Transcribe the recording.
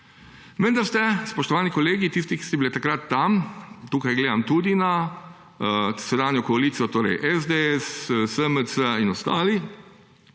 Vendar ste, spoštovani kolegi, tisti, ki ste bili takrat tam, tukaj gledam tudi na sedanjo koalicijo, torej SDS, SMC in ostali,